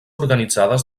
organitzades